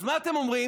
אז מה אתם אומרים?